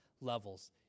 levels